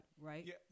right